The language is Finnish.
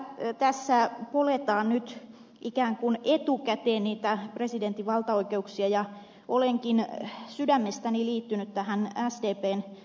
minun mielestäni tässä poljetaan ikään kuin etukäteen presidentin valtaoikeuksia ja olenkin sydämestäni liittynyt sdpn vastalauseeseen